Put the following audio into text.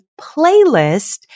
playlist